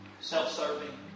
self-serving